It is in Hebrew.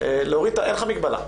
אין לך מגבלה.